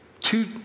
two